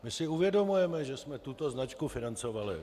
My si uvědomujeme, že jsme tuto značku financovali.